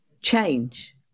Change